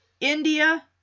India